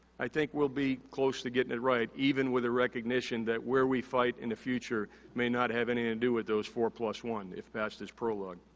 i think we'll be close to getting it right even with the recognition that where we fight in the future may not have anything to do with those four plus one, if past is prologue.